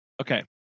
Okay